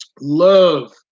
Love